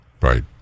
Right